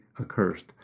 accursed